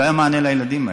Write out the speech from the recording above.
לא היה מענה לילדים האלה.